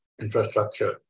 infrastructure